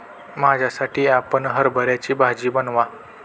माझ्यासाठी आपण हरभऱ्याची भाजी बनवा